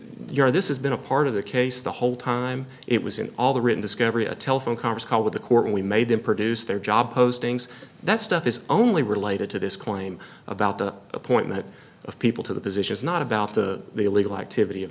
are this has been a part of the case the whole time it was in all the written discovery a telephone conference call with the court and we made them produce their job postings that stuff is only related to this claim about the appointment of people to the positions not about the illegal activity of